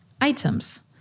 items